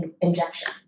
injection